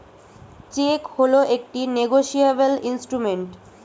check হল একটি negotiable instrument